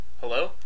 Hello